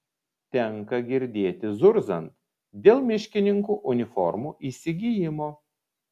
tenka girdėti zurzant dėl miškininkų uniformų įsigijimo